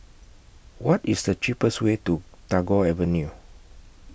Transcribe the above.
What IS The cheapest Way to Tagore Avenue